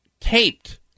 taped